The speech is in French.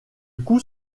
coup